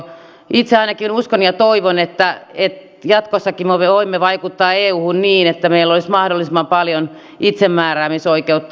itse ainakin uskon ja toivon että jatkossakin me voimme vaikuttaa euhun niin että meillä olisi mahdollisimman paljon itsemääräämisoikeutta